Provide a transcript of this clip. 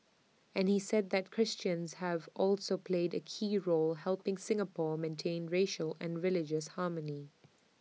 and he said that Christians have also played A key role helping Singapore maintain racial and religious harmony